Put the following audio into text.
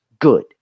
Good